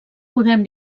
podem